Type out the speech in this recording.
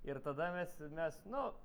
ir tada mes mes nu